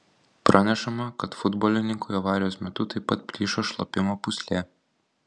pranešama kad futbolininkui avarijos metu taip pat plyšo šlapimo pūslė